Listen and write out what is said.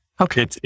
Okay